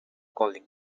collins